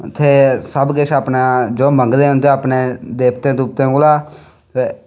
ते उत्थें सबकिश अपना जो मन्नी लैंदे ते देवतें कोला ते